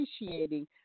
appreciating